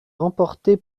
remportée